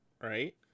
right